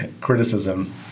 criticism